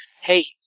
Hey